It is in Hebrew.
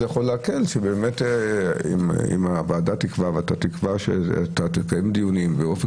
באמת אם הוועדה תקבע ואתה תקבע שתקיים דיונים באופן